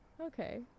Okay